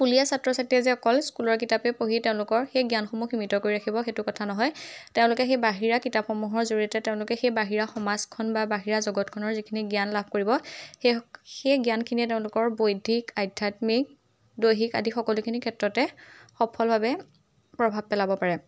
স্কুলীয়া ছাত্ৰ ছাত্ৰীয়ে যে অকল স্কুলৰ কিতাপেই পঢ়ি তেওঁলোকৰ সেই জ্ঞানসমূহ সীমিত কৰি ৰাখিব সেইটো কথা নহয় তেওঁলোকে সেই বাহিৰা কিতাপসমূহৰ জৰিয়তে তেওঁলোকে সেই বাহিৰা সমাজখন বা বাহিৰা জগতখনৰ যিখিনি জ্ঞান লাভ কৰিব সেই সেই জ্ঞানখিনিয়ে তেওঁলোকৰ বৌদ্ধিক আধ্যাত্মিক দৈহিক আদি সকলোখিনি ক্ষেত্ৰতে সফলভাৱে প্ৰভাৱ পেলাব পাৰে